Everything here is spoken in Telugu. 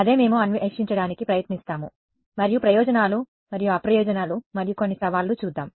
అదే మేము అన్వేషించడానికి ప్రయత్నిస్తాము మరియు ప్రయోజనాలు మరియు అప్రయోజనాలు మరియు కొన్ని సవాళ్లు చూద్దాం